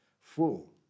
full